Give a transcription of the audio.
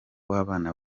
w’abana